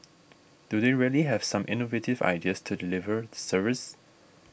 do they really have some innovative ideas to deliver service